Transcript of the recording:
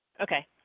Okay